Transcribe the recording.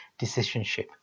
decisionship